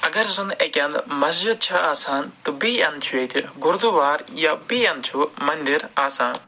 اگر زَن اَکہِ اَنٛدٕ مَسجِد چھِ آسان تہٕ بیٚیہِ اَنٛدٕ چھُ ییٚتہِ گُردُوار یا بیٚیہِ اَنٛدٕ چھُ منٛدِر آسان